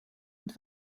und